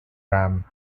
ram